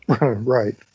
Right